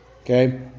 Okay